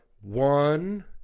One